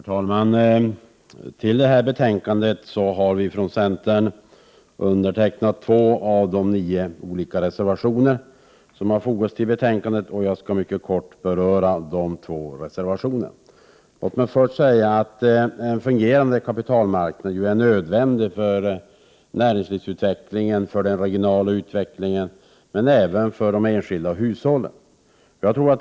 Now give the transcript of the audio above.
Herr talman! Vi har från centern undertecknat två av de nio olika reservationer som har fogats till betänkandet. Jag skall mycket kort beröra de två reservationerna. Låt mig först säga att en fungerande kapitalmarknad är nödvändig för näringslivsutvecklingen och för den regionala utvecklingen men även för de enskilda hushållen.